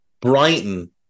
Brighton